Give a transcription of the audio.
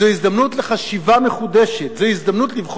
זו הזדמנות לבחון מחדש את דוח טליה ששון,